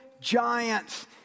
giants